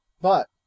But